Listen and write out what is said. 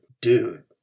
dude